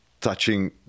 touching